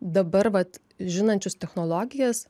dabar vat žinančius technologijas